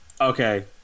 okay